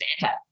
data